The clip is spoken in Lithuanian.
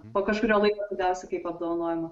po kažkurio laiko gausi kaip apdovanojimą